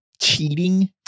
cheating